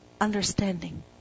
Understanding